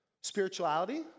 spirituality